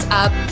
up